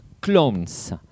clones